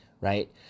right